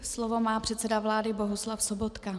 Slovo má předseda vlády Bohuslav Sobotka.